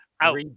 Out